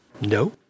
No